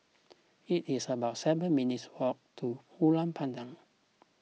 it is about seven minutes' walk to Ulu Pandan